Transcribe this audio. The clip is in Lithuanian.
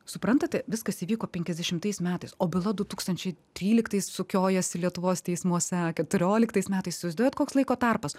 suprantate viskas įvyko penkiasdešimtais metais o byla du tūkstančiai tryliktais sukiojasi lietuvos teismuose keturioliktais metais įsivaizduojat koks laiko tarpas